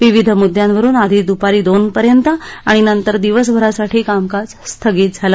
विविध मुद्दयांवरून आधी दुपारी दोनपर्यंत आणि नंतर दिवसभरासाठी कामकाज स्थगित झालं